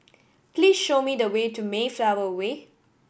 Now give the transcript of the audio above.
please show me the way to Mayflower Way